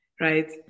right